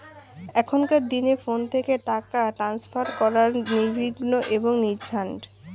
এখনকার দিনে ফোন থেকে টাকা ট্রান্সফার করা নির্বিঘ্ন এবং নির্ঝঞ্ঝাট